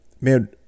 man